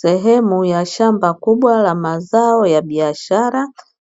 Sehemu ya shamba kubwa la mazao ya biashara